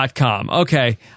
Okay